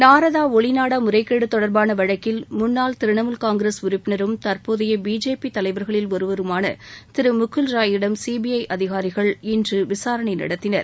நாரதா ஒளிநாடா முறைகேடு தொடர்பான வழக்கில் முன்னாள் திரிணாமுல் காங்கிரஸ் உறுப்பினரும் தற்போதைய பிஜேபி தலைவர்களில் ஒருவருமான திரு முக்குல் ராயிடம் சிபிஐ அதிகாரிகள் இன்று விசாரணை நடத்தினர்